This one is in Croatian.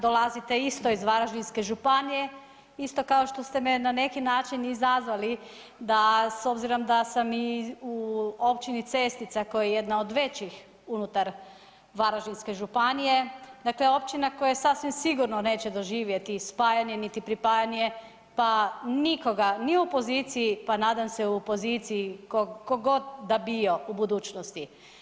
Dolazite isto iz Varaždinske županije, isto kao što ste me na neki način izazvali da s obzirom da sam u Općini Cestica koja je jedna od većih unutar Varaždinske županije, dakle općina koja sasvim sigurno neće doživjeti spajanje niti pripajanje pa nikoga, ni u opoziciji pa nadam se u poziciji ko god da bio u budućnosti.